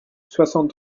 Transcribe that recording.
soixante